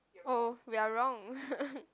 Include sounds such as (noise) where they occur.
oh we are wrong (laughs)